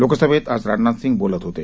लोकसभेत आज राजनाथ सिंह बोलत होते